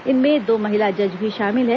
इनमें दो महिला जज भी शामिल हैं